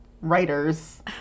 writers